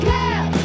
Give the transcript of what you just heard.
Girl